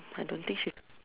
I don't think should